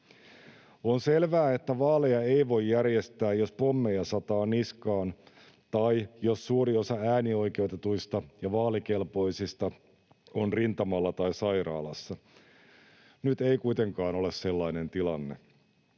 On selvää, että vaaleja ei voi järjestää, jos pommeja sataa niskaan tai jos suuri osa äänioikeutetuista ja vaalikelpoisista on rintamalla tai sairaalassa. Nyt ei kuitenkaan ole sellainen tilanne.